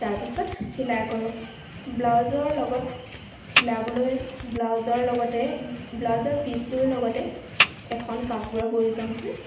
তাৰপিছত চিলাই কৰোঁ ব্লাউজৰ লগত চিলাবলৈ ব্লাউজৰ লগতে ব্লাউজৰ পিচটোৰ লগতে এখন কাপোৰৰ প্ৰয়োজন হয়